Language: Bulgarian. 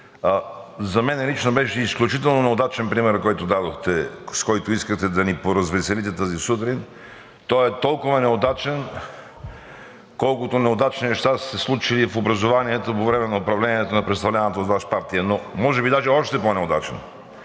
За мен лично беше изключително неудачен примерът, който дадохте, с който искате да ни поразвеселите тази сутрин. Той е толкова неудачен, колкото неудачни неща са се случили в образованието по време на управлението на представляваната от Вас партия, но може би даже още по-неудачен.